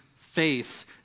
face